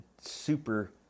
super